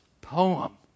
poem